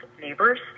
neighbors